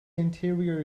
interior